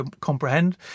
comprehend